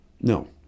no